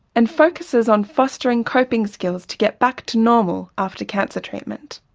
and focuses on fostering coping skills to get back to normal after cancer treatment.